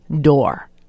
door